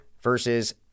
versus